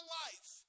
life